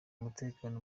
umutekano